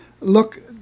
look